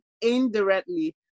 indirectly